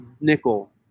nickel